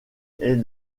est